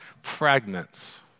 fragments